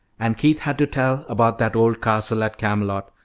and keith had to tell about that old castle at camelot,